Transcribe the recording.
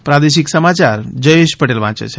પ્રાદેશિક સમાયાર જયેશ પટેલ વાંચે છે